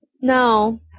No